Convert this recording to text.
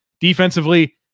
Defensively